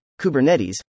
Kubernetes